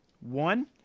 One